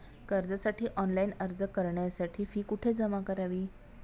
कर्जासाठी ऑनलाइन अर्ज करण्यासाठी फी कुठे जमा करावी?